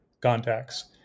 contacts